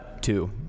two